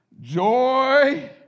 Joy